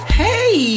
hey